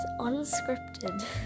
unscripted